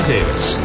Davis